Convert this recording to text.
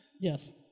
Yes